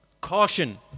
caution